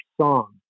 song